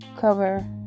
cover